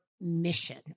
mission